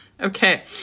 Okay